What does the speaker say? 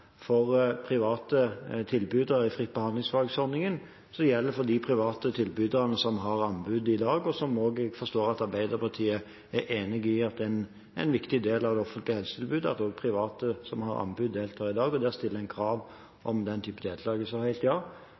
for private tilbydere i fritt behandlingsvalg-ordningen som for de private tilbyderne som har anbud i dag – og som jeg også forstår at Arbeiderpartiet er enig i er en viktig del av det offentlige helsetilbudet – nemlig at også private som har anbud, deltar i dag. Der stiller en krav om den type deltagelse Ja,